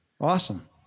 Awesome